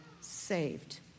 saved